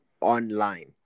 online